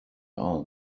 all